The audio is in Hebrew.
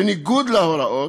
בניגוד להוראות,